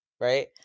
Right